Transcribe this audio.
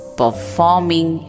performing